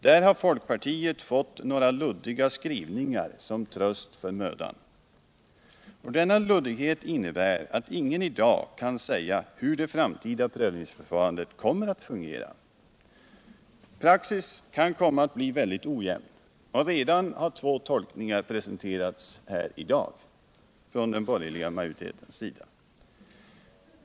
Där har folkpartiet fått några luddiga skrivningar som tröst för mödan. Denna luddighet innebär att ingen i dag kan säga hur det framtida prövningsförfarandet kommer att fungera. Praxis kan komma att bli väldigt ojämn. Redan har två tolkningar presenterats i dag av den borgerliga majoriteten.